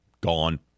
gone